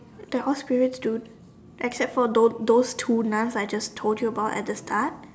the off spirits do except for those those two nuns I just told you about at the start